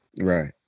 Right